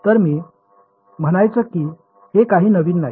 तर मी म्हणायचं की हे काही नवीन नाही